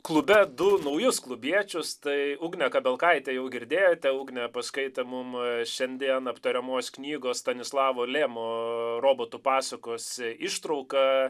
klube du naujus klubiečius tai ugnę kabelkaitę jau girdėjote ugnė paskaitė mum šiandien aptariamos knygos stanislavo lemo robotų pasakos ištrauką